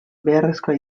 beharrezkoa